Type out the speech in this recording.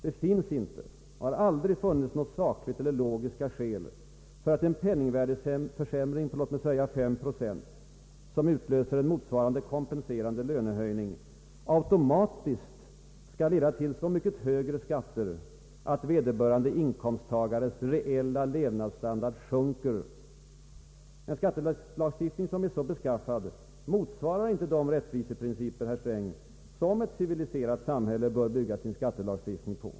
Det finns inte och har aldrig funnits något sakligt eller logiskt skäl för att en penningvärdeförsämring på låt mig säga 3 procent, som utlöser en motsvarande kompenserande lönehöjning, automatiskt skall leda till så mycket högre skatter, att vederbörande inkomsttagares reella levnadsstandard sjunker. En skattelagstiftning som är så beskaffad motsvarar inte de rättviseprinciper, herr Sträng, som ett civiliserat samhälle bör bygga sin skattelagstiftning på.